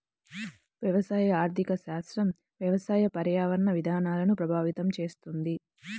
వ్యవసాయ ఆర్థిక శాస్త్రం వ్యవసాయ, పర్యావరణ విధానాలను ప్రభావితం చేస్తుంది